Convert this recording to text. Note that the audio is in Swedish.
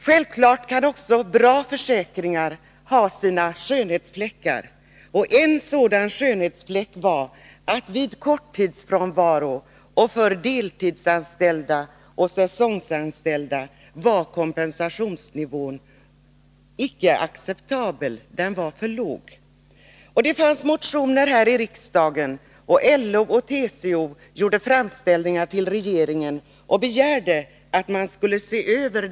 Självklart kan också bra försäkringar ha sina skönhetsfläckar, och en sådan var att vid korttidsfrånvaro och för deltidsanställda och säsongsanställda var kompensationsnivån icke acceptabel. Den var för låg. Det väcktes motioner i riksdagen och LO och TCO gjorde framställningar till regeringen där man begärde att denna fråga skulle ses över.